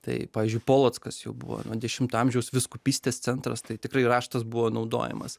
tai pavyzdžiui polockas jau buvo nuo dešimto amžiaus vyskupystės centras tai tikrai raštas buvo naudojamas